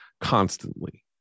constantly